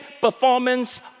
performance